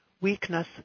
weakness